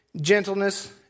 gentleness